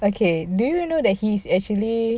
okay do you know that he's actually